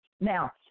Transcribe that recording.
Now